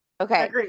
okay